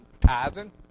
tithing